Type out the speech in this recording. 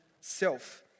self